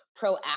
proactive